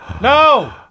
No